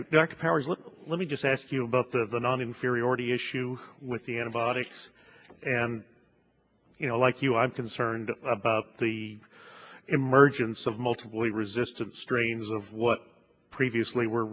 perry let me just ask you about the non inferiority issue with the antibiotics and you know like you i'm concerned about the emergence of multiple resistant strains of what previously were